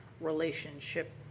relationship